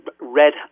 red